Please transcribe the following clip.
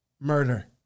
murder